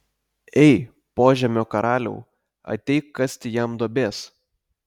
ei požemio karaliau ateik kasti jam duobės